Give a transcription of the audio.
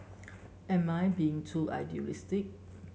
am I being too idealistic